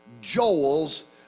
Joel's